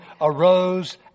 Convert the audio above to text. arose